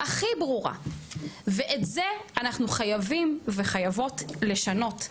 הכי ברורה, ואת זה אנחנו חייבים וחייבות לשנות.